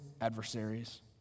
adversaries